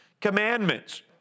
commandments